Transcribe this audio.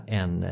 en